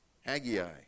Haggai